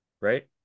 right